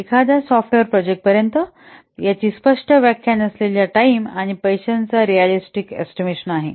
एखाद्या सॉफ्टवेअर प्रोजेक्टपर्यंत याची स्पष्ट व्याख्या नसलेली टाइम आणि पैशाचा रिऍलिस्टिक एस्टिमेशन आहे